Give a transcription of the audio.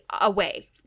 away